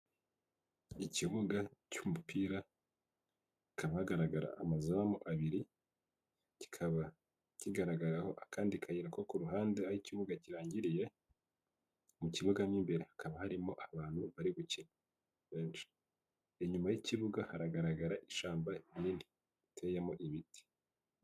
Ikibuga cy'umupira, hakaba hagaragara amazamu abiri, kikaba kigaragaraho akandi kayira ko ku ruhande aho ikibuga kirangiriye, mu kibuga mo imbere hakaba harimo abantu bari gukina benshi, inyuma y'ikibuga haragaragara ishyamba rinini riteyemo ibiti.